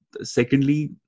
secondly